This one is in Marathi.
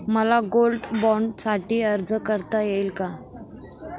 मला गोल्ड बाँडसाठी अर्ज करता येईल का?